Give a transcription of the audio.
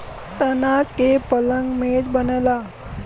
तना के पलंग मेज बनला